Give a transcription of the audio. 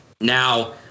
now